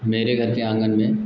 मेरे घर के आँगन में